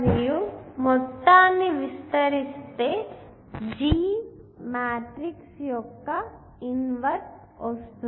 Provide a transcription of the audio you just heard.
కాబట్టి దీనిని G matrix యొక్క ఇన్వర్స్ అంటారు